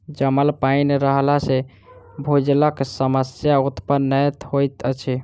जमल पाइन रहला सॅ भूजलक समस्या उत्पन्न नै होइत अछि